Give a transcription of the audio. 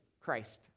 Christ